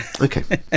Okay